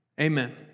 Amen